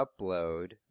upload